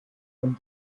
from